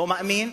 לא מאמין,